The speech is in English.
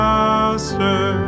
Master